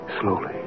Slowly